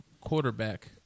quarterback